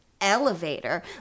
elevator